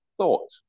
thought